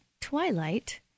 twilight